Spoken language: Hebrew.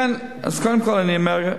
אז קודם כול אני אומר,